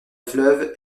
fleuve